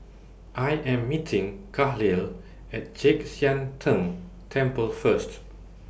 I Am meeting Kahlil At Chek Sian Tng Temple First